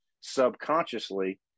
subconsciously